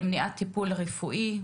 מניעת טיפול רפואי,